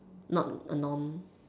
not a norm